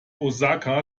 osaka